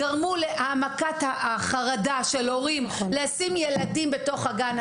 להעמקת החרדה של הורים, לשים ילדים בתוך הגן.